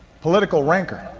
political rancour.